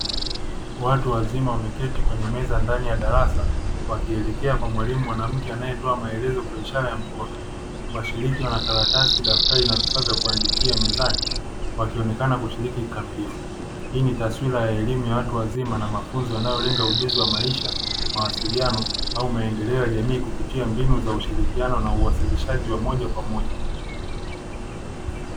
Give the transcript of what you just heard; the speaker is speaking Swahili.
Watu wazima wameketi kwenye meza ndani ya darasa, wakielekea kwa mwalimu mwanamke anaetoa maelezo kwa ishara ya mkono, washiriki wana karatasi, daftari na vifaa vya kuandikia mezani, wakionekana kushiriki kikamilifu. Hii ni taswira elimu ya watu wazima na mafunzo yanayolenga ujuzi wa maisha, mawasiliano au maendeleo ya jamii kupitia mbinu za ushirikiano na uwasilishaji wa moja kwa moja.